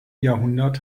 jahrhundert